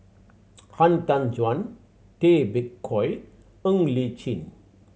Han Tan Juan Tay Bak Koi Ng Li Chin